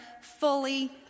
fully